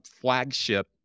flagship